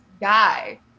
guy